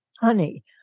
honey